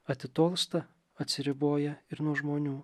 atitolsta atsiriboja ir nuo žmonių